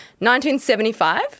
1975